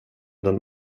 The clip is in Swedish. den